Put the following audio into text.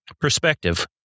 perspective